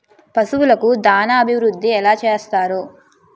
పశువులకు దాన అభివృద్ధి ఎలా చేస్తారు?